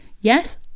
Yes